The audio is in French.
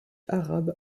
arabe